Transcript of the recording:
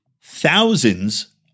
thousands